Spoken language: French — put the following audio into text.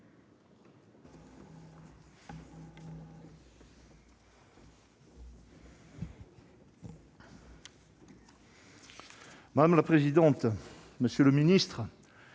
Madame la présidente, monsieur le ministre,